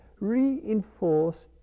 reinforce